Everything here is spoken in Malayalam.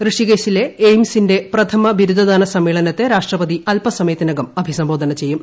ഋഷികേശിലെ എയിംസിന്റെ പ്രഥമ ബിരുദദാന സമ്മേളനത്തെ രാഷ്ട്രപതി അൽസമയത്തിനകം അഭിസംബോധന ചെയ്യും